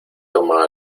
toma